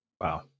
Wow